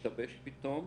החוקתי של הנושא,